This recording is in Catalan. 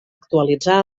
actualitzar